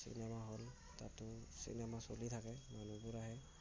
cinema hall তাতো cinema চলি থাকে মানুহবোৰ আহে